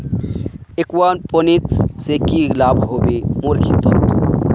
aquaponics से की लाभ ह बे मोर खेतोंत